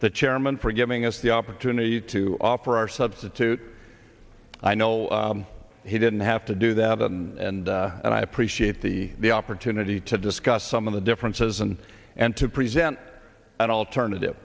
the chairman for giving us the opportunity to offer our substitute i know he didn't have to do that and and i appreciate the opportunity to discuss some of the differences and and to present an alternative